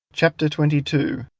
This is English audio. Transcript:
chapter twenty two.